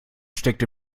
steckt